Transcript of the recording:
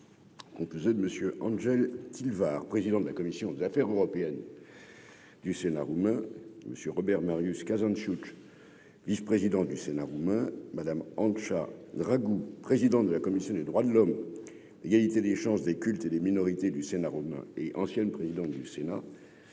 Monsieur Angel-t-il var, président de la commission des affaires européennes du Sénat roumain Monsieur Robert Marius caserne Chuck, vice-président du Sénat roumain Madame en Tchat ragoût, président de la commission des droits de l'homme, il y a été des chances des cultes et des minorités du Sénat Romain et ancienne présidente du Sénat